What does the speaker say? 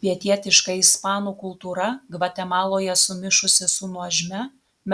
pietietiška ispanų kultūra gvatemaloje sumišusi su nuožmia